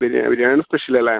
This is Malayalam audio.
ബിരിയാണി ബിരിയാണി സ്പെഷ്യലല്ലേ